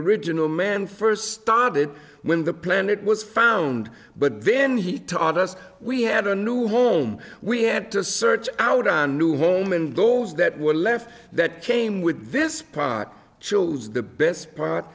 original man first started when the planet was found but then he taught us we had a new home we had to search out on a new home and those that were left that came with this pot chose the best part